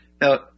Now